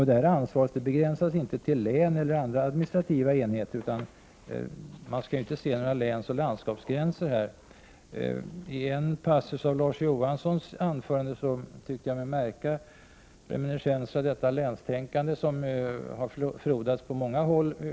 Det ansvaret begränsas inte till län eller andra administrativa enheter. Man skall här inte se några länseller landskapsgränser. I en passus i Larz Johanssons anförande tyckte jag mig märka en reminiscens av detta länstänkande som har frodats på många håll.